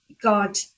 God